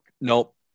nope